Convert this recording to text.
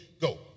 go